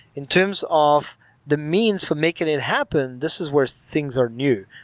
in terms of the means for making it happen, this is where things are new,